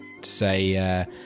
say